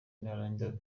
narangiza